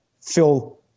fill